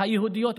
היהודיות,